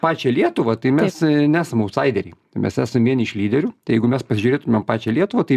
pačią lietuvą tai mes nesam autsaideriai mes esam vieni iš lyderių tai jeigu mes pasižiūrėtumėm pačią lietuvą tai